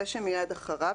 זה שמיד אחריו,